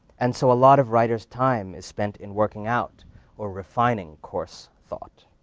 and so, a lot of writer's time is spent in working out or refining coarse thought.